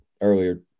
earlier